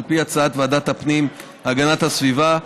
על פי הצעת ועדת הפנים והגנת הסביבה,